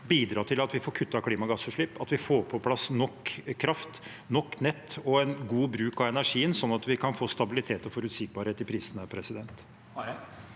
bidra til at vi får kuttet klimagassutslipp, at vi får på plass nok kraft, nok nett og en god bruk av energien, sånn at vi kan få stabilitet og forutsigbarhet i prisene. Sofie